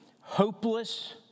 hopeless